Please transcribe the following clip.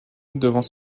devant